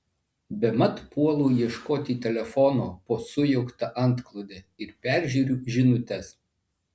bemat puolu ieškoti telefono po sujaukta antklode ir peržiūriu žinutes